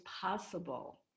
possible